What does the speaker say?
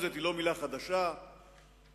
אדוני היושב-ראש, סגן ראש הממשלה ושר החוץ, חברי